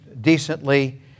decently